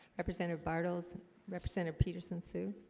represented bartles represented peterson sue